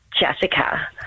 Jessica